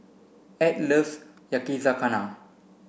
add loves Yakizakana